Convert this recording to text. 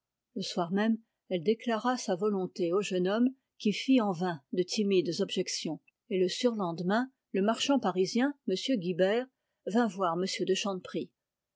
le soir même elle déclara sa volonté au jeune homme qui fit en vain de timides objections et le surlendemain le marchand parisien m guibert vint voir m de